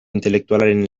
intelektualaren